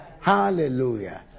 Hallelujah